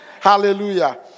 Hallelujah